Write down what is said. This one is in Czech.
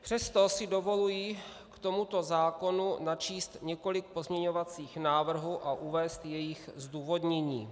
Přesto si dovoluji k tomuto zákonu načíst několik pozměňovacích návrhů a uvést jejich zdůvodnění.